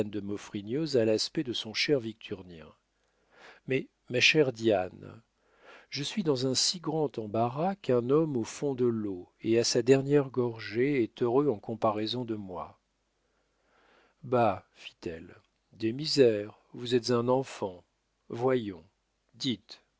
maufrigneuse à l'aspect de son cher victurnien mais ma chère diane je suis dans un si grand embarras qu'un homme au fond de l'eau et à sa dernière gorgée est heureux en comparaison de moi bah fit-elle des misères vous êtes un enfant voyons dites